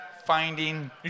Finding